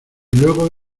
luego